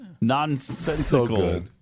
nonsensical